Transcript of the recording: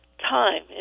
time